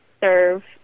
serve